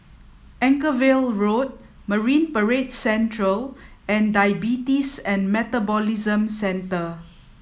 Anchorvale Road Marine Parade Central and Diabetes and Metabolism Centre